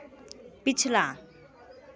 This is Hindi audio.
पिछला